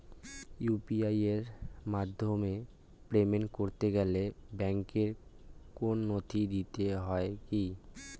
UPI এর মাধ্যমে payment করতে গেলে ব্যাংকের কোন নথি দিতে হয় কি?